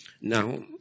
Now